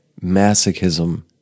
Masochism